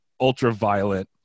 ultraviolet